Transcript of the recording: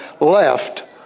left